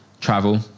travel